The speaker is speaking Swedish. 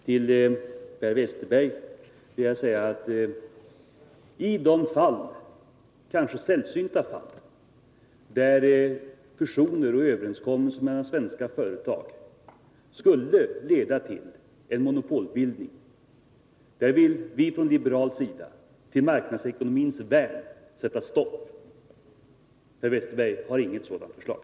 Till Per Westerberg vill jag säga att i de fall, kanske sällsynta, där fusioner och överenskommelser mellan svenska företag skulle leda till monopolbildning vill vi från liberal sida, till marknadsekonomins värn, sätta stopp. Men det vill inte Per Westerberg.